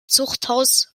zuchthaus